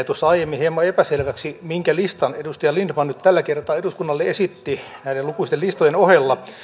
tuossa aiemmin hieman epäselväksi minkä listan edustaja lindtman tällä kertaa eduskunnalle esitti näiden lukuisten listojen ohella